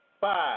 five